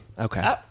Okay